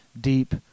deep